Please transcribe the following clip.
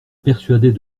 persuadait